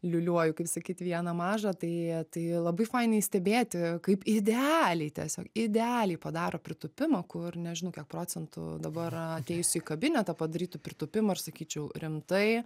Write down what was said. liuliuoju kaip sakyt vieną mažą tai tai labai fainiai stebėti kaip idealiai tiesiog idealiai padaro pritūpimą kur nežinau kiek procentų dabar atėjusių į kabinetą padarytų pritūpimų ir sakyčiau rimtai